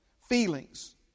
feelings